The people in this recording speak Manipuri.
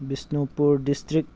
ꯕꯤꯁꯅꯨꯄꯨꯔ ꯗꯤꯁꯇ꯭ꯔꯤꯛ